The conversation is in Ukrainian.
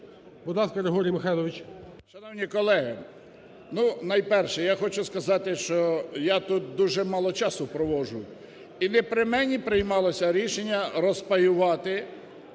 Шановні колеги, ну найперше, я хочу сказати, що я тут дуже мало часу проводжу, і не при мені приймалося рішення розпаювати